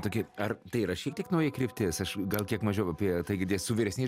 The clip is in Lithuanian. tokie ar tai yra šiek tiek nauja kryptis aš gal kiek mažiau apie tai girdėt su vyresniais